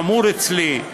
שמור אצלי,